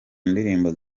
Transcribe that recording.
ndirimbo